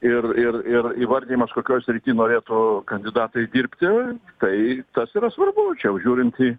ir ir ir įvardijimas kokioj srity norėtų kandidatai dirbti tai tas yra svarbu čia jau žiūrint į